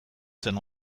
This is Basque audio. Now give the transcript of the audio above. zen